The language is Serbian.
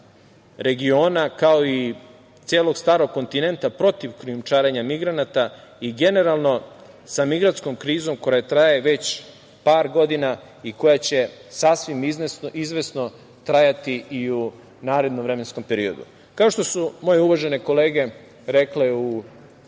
regiona, kao i celog starog kontinenta protiv krijumčarenja migranata i generalno sa migrantskom krizom koja traje već par godina i koja će sasvim izvesno trajati i narednom vremenskom periodu. Kao što su moje uvažene kolege rekle u